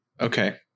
okay